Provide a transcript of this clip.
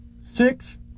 six